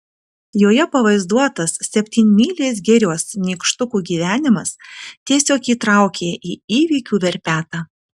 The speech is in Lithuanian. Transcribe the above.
joje pavaizduotas septynmylės girios nykštukų gyvenimas tiesiog įtraukė į įvykių verpetą